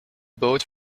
boot